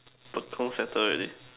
Tekong settle already